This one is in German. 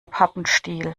pappenstiel